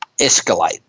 escalate